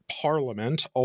Parliament